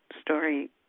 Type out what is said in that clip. story